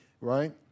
right